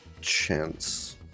Chance